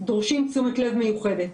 דורשים תשומת לב מיוחדת.